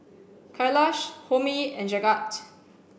Kailash Homi and Jagat